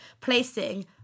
placing